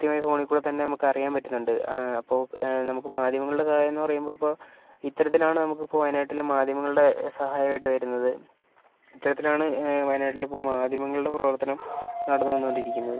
കൃത്യമായി ഫോണിൽ കൂടെത്തന്നെ നമുക്ക് അറിയാൻ പറ്റുന്നുണ്ട് അപ്പൊൾ നമുക്ക് മാധ്യമങ്ങളുടെ സഹായം എന്നുപറയുമ്പോൾ ഇപ്പോൾ ഇത്തരത്തിലാണ് നമുക്ക് ഇപ്പൊൾ വയനാട്ടിലെ മാധ്യമങ്ങളുടെ സഹായമായിട്ട് വരുന്നത് ഇത്തരത്തിലാണ് വയനാട്ടിലിപ്പം മാധ്യമങ്ങളുടെ പ്രവർത്തനം നടന്നുവന്നുകൊണ്ടിരിക്കുന്നത്